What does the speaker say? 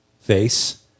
Face